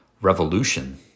revolution